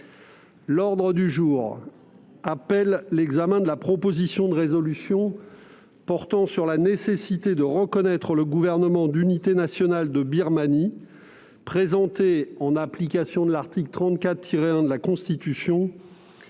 groupe Les Républicains, l'examen de la proposition de résolution portant sur la nécessité de reconnaître le Gouvernement d'unité nationale de Birmanie, présentée, en application de l'article 34-1 de la Constitution,